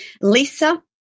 Lisa